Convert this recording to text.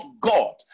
God